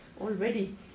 already